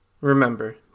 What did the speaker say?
remember